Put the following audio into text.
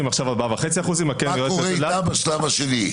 עכשיו 4.5% --- מה קורה איתה בשלב השני?